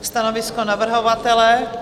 Stanovisko navrhovatele?